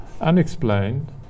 unexplained